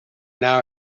now